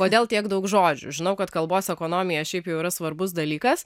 kodėl tiek daug žodžių žinau kad kalbos ekonomija šiaip jau yra svarbus dalykas